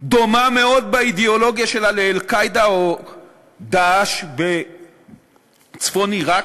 דומה מאוד באידיאולוגיה שלה ל"אל-קאעידה" או ל"דאעש" בצפון עיראק.